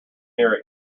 near